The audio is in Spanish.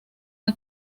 las